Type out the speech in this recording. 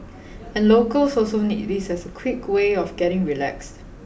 and locals also need this as a quick way of getting relaxed